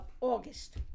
August